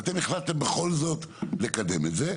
ואתם החלטתם בכל זאת לקדם את זה,